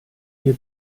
ihr